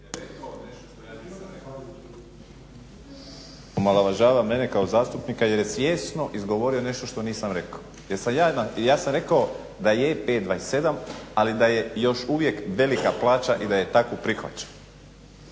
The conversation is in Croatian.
omalovažava mene kao zastupnika jer je svjesno izgovorio nešto što nisam rekao. Ja sam rekao da je 5,27 ali da je još uvijek velika plaća i da je takvu prihvaćam.